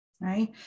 right